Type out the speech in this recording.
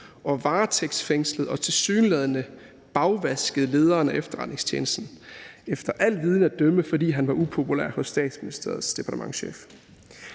og varetægtsfængslet og tilsyneladende bagvasket lederen af efterretningstjenesten, efter al viden at dømme fordi han var upopulær hos Statsministeriets departementschef.«